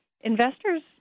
investors